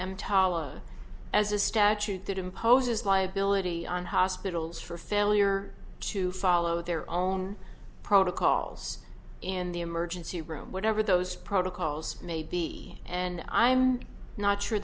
emtala as a statute that imposes liability on hospitals for failure to follow their own protocols in the emergency room whatever those protocols may be and i'm not sure